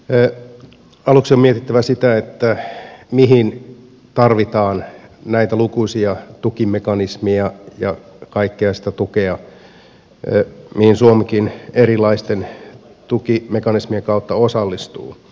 aluksi on mietittävä sitä mihin tarvitaan näitä lukuisia tukimekanismeja ja kaikkea sitä tukea mihin suomikin erilaisten tukimekanismien kautta osallistuu